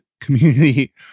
community